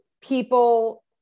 people